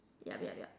yup yup yup